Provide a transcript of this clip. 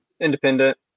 independent